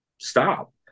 stop